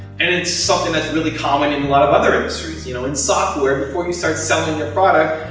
and it's something that's really common in lot of other industries. you know in software, before you start selling your product,